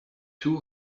two